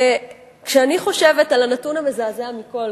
וכשאני חושבת על הנתון המזעזע מכול,